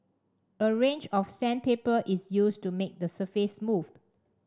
a range of sandpaper is used to make the surface smooth